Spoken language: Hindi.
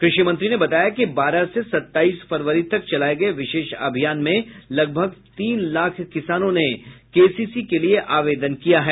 कृषि मंत्री ने बताया कि बारह से सत्ताईस फरवरी तक चलाये गये विशेष अभियान में लगभग तीन लाख किसानों ने केसीसी के लिए आवेदन किया है